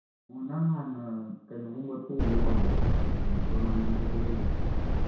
ꯑꯣ ꯅꯪ ꯍꯥꯟꯅ ꯀꯩꯅꯣꯒꯨꯝꯕ ꯊꯣꯛꯎꯕ ꯂꯩꯕ꯭ꯔꯣ ꯇꯣꯔꯅꯥꯃꯦꯟ ꯊꯣꯛꯄ ꯂꯩꯕ꯭ꯔꯣ